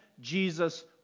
Jesus